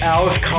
Alice